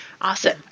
Awesome